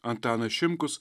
antanas šimkus